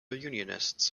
unionists